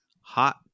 hot